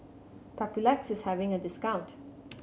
Papulex is having a discount